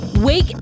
Wake